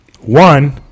One